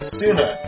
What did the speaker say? sooner